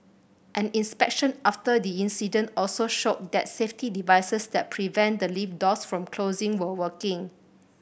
an inspection after the incident also showed that safety devices that prevent the lift doors from closing were working